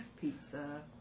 Pizza